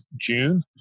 June